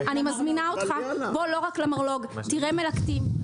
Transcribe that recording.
אני מזמינה אותך, בוא לא רק למרלו"ג, תראה מלקטים.